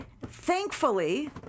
Thankfully